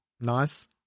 Nice